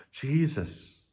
Jesus